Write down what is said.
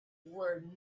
were